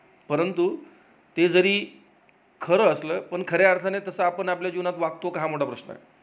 परंतु ते जरी खरं असलं पण खऱ्या अर्थाने तसा आपण आपल्या जीवनात वागतो का हा मोठा प्रश्न आहे